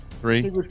three